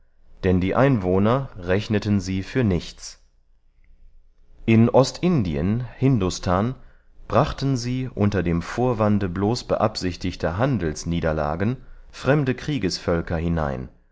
denn die einwohner rechneten sie für nichts in ostindien hindustan brachten sie unter dem vorwande blos beabsichtigter handelsniederlagen fremde kriegesvölker hinein